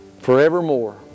forevermore